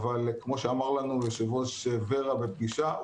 אבל כמו שאמר לנו יושב ראש ור"ה בפגישה,